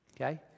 okay